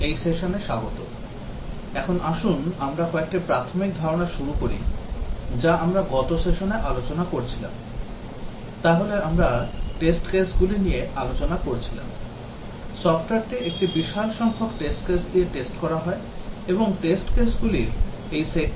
Software Testing software testing Prof Rajib Mall প্রফেসর রাজীব মাল Department of Computer Science and Engineering computer science and engineering বিভাগ Indian Institute of Technology Kharagpur Indian institute of technology Kharagpur Lecture - 04 lecture - 04 Basic Concepts of Testing Contd পরীক্ষার প্রাথমিক ধারণা Contd এই সেশানে স্বাগত